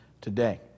today